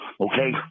okay